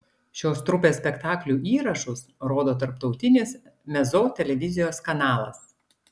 šios trupės spektaklių įrašus rodo tarptautinis mezzo televizijos kanalas